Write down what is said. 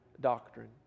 doctrine